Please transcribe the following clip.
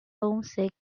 homesick